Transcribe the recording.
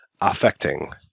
affecting